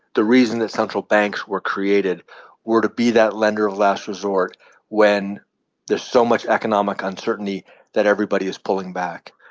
the reason that central banks were created were to be that lender of last resort when there's so much economic uncertainty that everybody is pulling back.